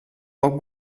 poc